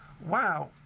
wow